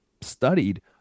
studied